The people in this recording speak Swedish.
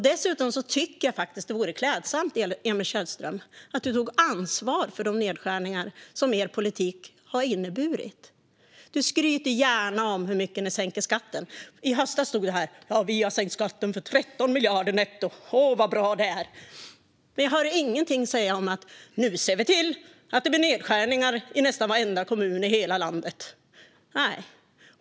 Dessutom tycker jag faktiskt, Emil Källström, att det vore klädsamt om du tog ansvar för de nedskärningar som er politik har inneburit. Du skryter gärna om hur mycket ni sänker skatten. I höstas stod du här och sa: Vi har sänkt skatten med 13 miljarder netto - åh vad bra det är! Men jag hör dig inte säga: Nu ser vi till att det blir nedskärningar i nästan varenda kommun i hela landet.